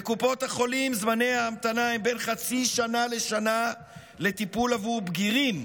בקופות החולים זמני ההמתנה הם בין חצי שנה לשנה לטיפול עבור בגירים,